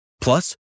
Plus